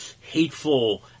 hateful